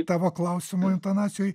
tavo klausimo intonacijoj